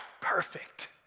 perfect